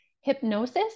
hypnosis